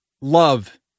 love